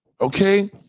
Okay